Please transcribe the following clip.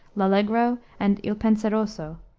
l'allegro and il penseroso,